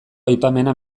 aipamena